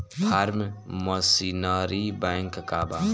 Form machinery bank का बा?